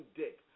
dick